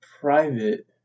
private